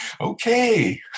Okay